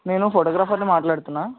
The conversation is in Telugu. నేను ఫోటోగ్రాఫర్ని మాట్లాడుతున్నా